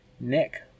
Nick